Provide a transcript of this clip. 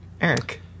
Eric